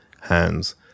hands